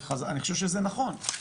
אני חושב שזה נכון,